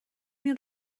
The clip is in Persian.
این